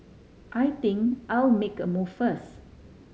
I think I'll make a move first